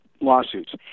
lawsuits